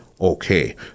Okay